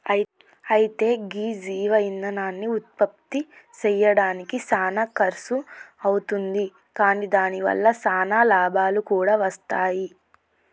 అయితే గీ జీవ ఇందనాన్ని ఉత్పప్తి సెయ్యడానికి సానా ఖర్సు అవుతుంది కాని దాని వల్ల సానా లాభాలు కూడా వస్తాయి